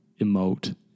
emote